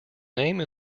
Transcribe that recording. name